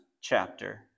chapter